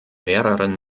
mehreren